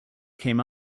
came